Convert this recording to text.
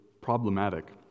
problematic